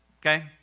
Okay